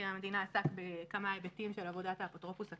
עסק בכמה היבטים של עבודת האפוטרופוס הכללי: